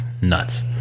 Nuts